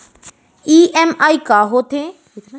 EMI का होथे?